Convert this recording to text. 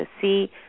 see